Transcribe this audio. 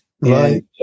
Right